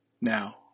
now